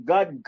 God